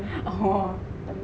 hor hor hor